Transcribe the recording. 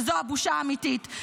שזו הבושה האמיתית.